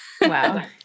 Wow